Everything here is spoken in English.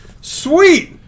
sweet